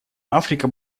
африка